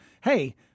hey